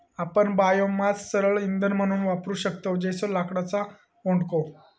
आपण बायोमास सरळ इंधन म्हणून वापरू शकतव जसो लाकडाचो ओंडको